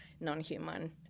non-human